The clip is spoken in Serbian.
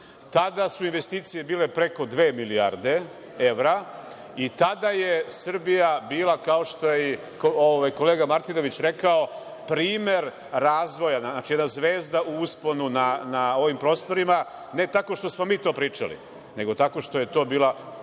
Tada su investicije bile preko dve milijarde evra i tada je Srbija bila kao što je i kolega Martinović rekao, primer razvoja, znači, jedna zvezda u usponu na ovim prostorima, ne tako što smo mi pričali, nego što je to bila ocena